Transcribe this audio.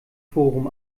forum